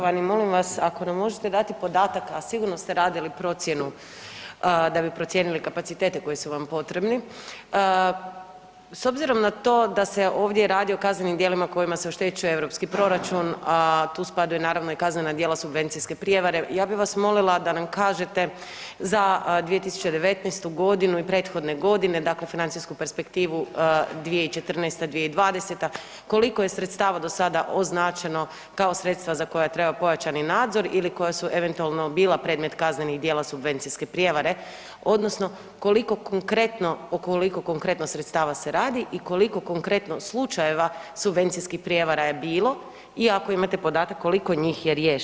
Poštovani, molim vas, ako nam možete dati podatak, a sigurno ste radili procjenu da bi procijenili kapacitete koji su vam potrebni, s obzirom na to da se ovdje radi o kaznenim djelima kojima se oštećuje EU proračun, a tu spadaju, naravno, i kaznena djela subvencijske prijave, ja bi vas molila da nam kažete, za 2019. g. i prethodne godine, dakle financijsku perspektivu 2014.-2020. koliko je sredstava do sada označeno kao sredstva za koja treba pojačani nadzor ili koja su eventualno bila predmet kaznenih djela subvencijske prijevare odnosno koliko konkretno, o koliko konkretno sredstava se radi i koliko konkretno slučajeva subvencijskih prijevara je bilo i ako imate podatak koliko njih je riješeno?